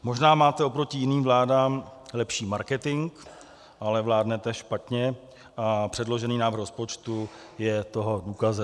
Možná máte oproti jiným vládám lepší marketing, ale vládnete špatně a předložený návrh rozpočtu je toho důkazem.